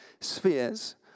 spheres